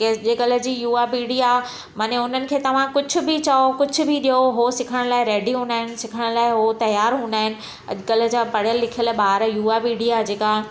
की अॼुकल्ह जी युवा पीढ़ी आहे माने उन्हनि खे तव्हां कुछ बि चओ कुछ बि ॾियो उहो सिखण लाइ रैडी हूंदा आहिनि सिखण लाइ उहो तयारु हूंदा आहिनि अॼुकल्ह जा पढ़ियल लिखियल ॿार युवा पीढ़ी आहे जेका